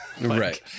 right